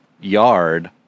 yard